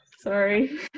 Sorry